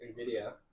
NVIDIA